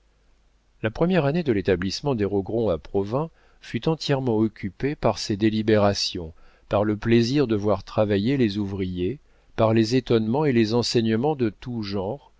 la première année de l'établissement des rogron à provins fut entièrement occupée par ces délibérations par le plaisir de voir travailler les ouvriers par les étonnements et les enseignements de tout genre